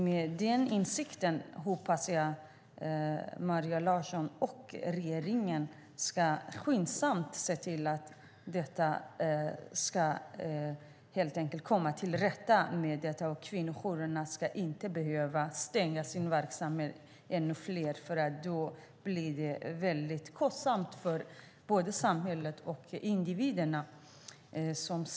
Med den insikten hoppas jag att Maria Larsson och regeringen skyndsamt ska se till att man helt enkelt kommer till rätta med detta. Ännu fler kvinnojourer ska inte behöva stänga sin verksamhet, för då blir det väldigt kostsamt för både samhället och individerna.